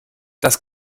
das